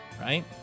right